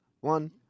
one